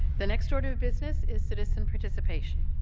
then next order of business is citizen participation.